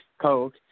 coke